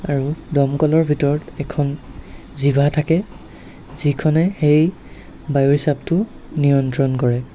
আৰু দমকলৰ ভিতৰত এখন জিভা থাকে যিখনে সেই বায়ুৰ চাপটো নিয়ন্ত্ৰণ কৰে